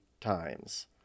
times